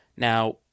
Now